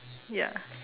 ya